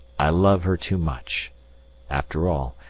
i love her too much after all,